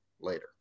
later